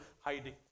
hiding